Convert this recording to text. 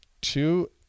Two